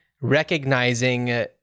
recognizing